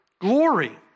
glory